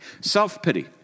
Self-pity